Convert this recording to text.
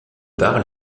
part